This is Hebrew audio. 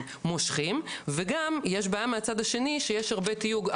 מושכים וגם יש בעיה מהצד השני שיש הרבה תיוג,